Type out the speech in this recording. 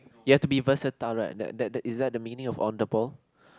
you have to be versatile right that that is that the meaning of on the ball